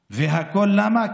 והכול, למה?